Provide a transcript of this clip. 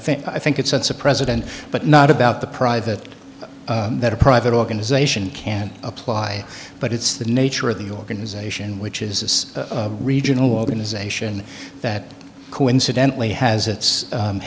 think i think it sets a president but not about the private that a private organization can apply but it's the nature of the organisation which is regional organization that coincidentally has its